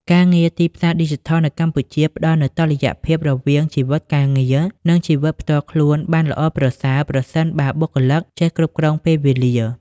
ការងារទីផ្សារឌីជីថលនៅកម្ពុជាផ្តល់នូវតុល្យភាពរវាងជីវិតការងារ និងជីវិតផ្ទាល់ខ្លួនបានល្អប្រសើរ ប្រសិនបើបុគ្គលិកចេះគ្រប់គ្រងពេលវេលា។